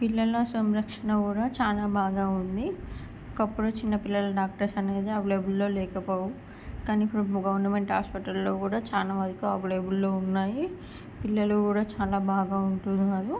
పిల్లల సంరక్షణ కూడా చాలా బాగా ఉంది ఒకప్పుడు చిన్నపిల్లల డాక్టర్స్ అనగా అవైలబుల్లో లేకపోవడం కానీ ఇప్పుడు గవర్నమెంట్ హాస్పిటల్లో కూడా చాలా వరకు అవైలబుల్లో ఉన్నాయి పిల్లలు కూడా చాలా బాగా ఉంటున్నారు